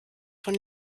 von